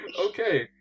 Okay